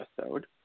episode